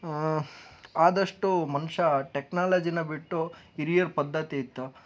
ಆದಷ್ಟು ಮನುಷ್ಯ ಟೆಕ್ನಾಲಜಿನ ಬಿಟ್ಟು ಹಿರಿಯ ಪದ್ಧತಿ ಇತ್ತು